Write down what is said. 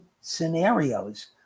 scenarios